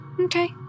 Okay